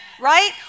right